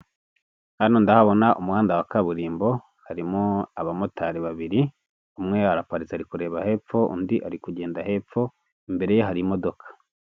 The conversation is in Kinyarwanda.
Hano ndahabona umuhanda wa kaburimbo harimo abamotari babiri umweraraparitse ari kureba hepfo, undi ari kugenda hepfo imbere ye hari imodoka.